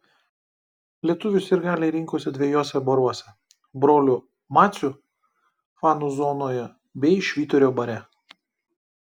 lietuvių sirgaliai rinkosi dviejuose baruose brolių macių fanų zonoje bei švyturio bare